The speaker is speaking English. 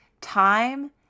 time